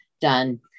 done